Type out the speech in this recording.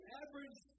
average